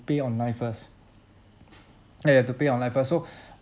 pay online first ya you have to pay online first so